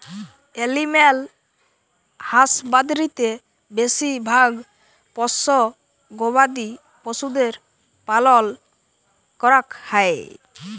animal হাসবাদরীতে বেশি ভাগ পষ্য গবাদি পশুদের পালল ক্যরাক হ্যয়